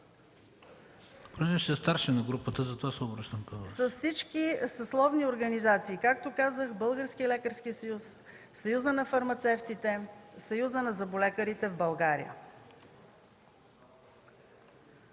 Съюзът на фармацевтите, Съюзът на зъболекарите в България.